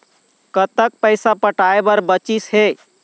कतक पैसा पटाए बर बचीस हे?